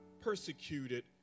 persecuted